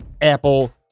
Apple